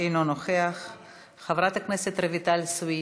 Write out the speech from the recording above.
אינו נוכח, חברת הכנסת רויטל סויד,